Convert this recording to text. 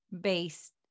based